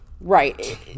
Right